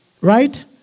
right